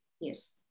Yes